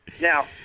Now